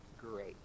great